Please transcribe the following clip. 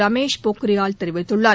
ரமேஷ் பொக்ரியால் தெரிவித்துள்ளார்